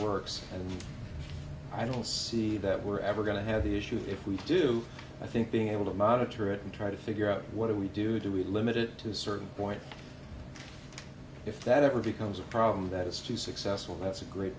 works and i don't see that we're ever going to have the issue if we do i think being able to monitor it and try to figure out what do we do do we limit it to a certain point if that ever becomes a problem that it's too successful that's a great